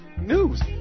news